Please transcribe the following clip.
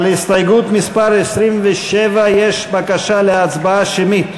על הסתייגות מס' 27 יש בקשה להצבעה שמית.